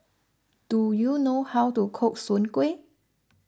do you know how to cook Soon Kway